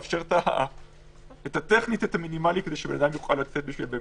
המטרה היא לאפשר טכנית את המרחק המינימלי כדי שבן אדם יוכל לצאת לבסיס.